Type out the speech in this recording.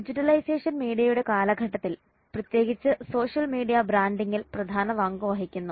digitalisation മീഡിയയുടെ കാലഘട്ടത്തിൽ പ്രത്യേകിച്ച് സോഷ്യൽ മീഡിയ ബ്രാൻഡിംഗിൽ പ്രധാന പങ്ക് വഹിക്കുന്നു